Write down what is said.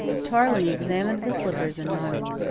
tailing examined the slippers and nodded.